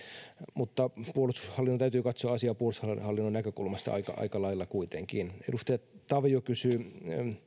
mutta puolustushallinnon täytyy katsoa asiaa puolustushallinnon näkökulmasta aika aika lailla kuitenkin edustaja tavio kysyi